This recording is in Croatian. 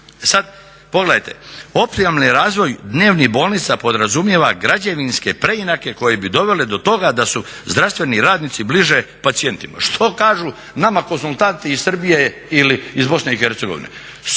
sada pogledajte, optimalni razvoj dnevnih bolnica podrazumijeva građevinske preinake koje bi dovele do toga da su zdravstveni radnici bliže pacijentima. Što kažu nama konzultanti iz Srbije ili iz BiH. Srušite